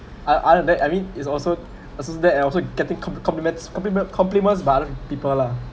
oth~ other than that I mean it's also also that and also getting compli~ compliments compliment compliments by other people lah